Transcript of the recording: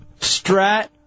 Strat